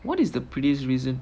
what is the prettiest reason